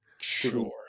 sure